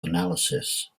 analysis